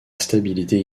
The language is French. stabilité